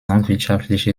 landwirtschaftliche